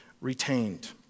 retained